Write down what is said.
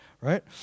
right